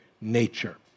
nature